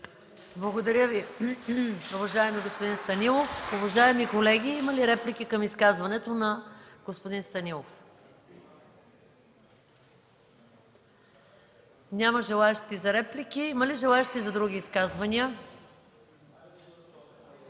Благодаря Ви, уважаеми господин Станилов. Уважаеми колеги, има ли реплики към изказването на господин Станилов? Няма желаещи. Има ли желаещи за други изказвания?